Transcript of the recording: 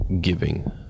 giving